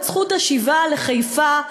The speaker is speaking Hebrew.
הם דרשו מאתנו את זכות השיבה לחיפה,